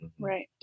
Right